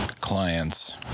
clients